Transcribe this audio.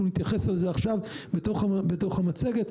אנחנו נתייחס לזה עכשיו בתוך המצגת.